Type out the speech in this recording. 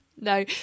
No